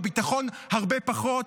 בביטחון הרבה פחות.